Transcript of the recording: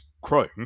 Chrome